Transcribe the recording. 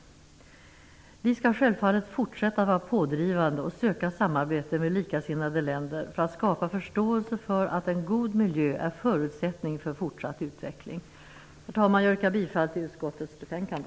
Vi skall självfallet fortsätta att vara pådrivande och söka samarbete med likasinnade länder för att skapa förståelse för att en god miljö är förutsättningen för fortsatt utveckling. Herr talman! Jag yrkar bifall till utskottets hemställan.